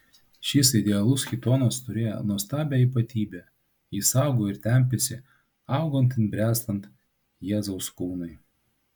šis idealus chitonas turėjo nuostabią ypatybę jis augo ir tempėsi augant ir bręstant jėzaus kūnui